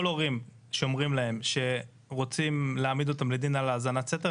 כל הורים שאומרים להם שרוצים להעמיד אותם לדין על האזנת סתר,